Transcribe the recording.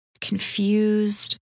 confused